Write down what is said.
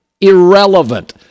Irrelevant